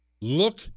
Look